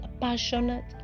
passionate